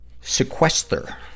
sequester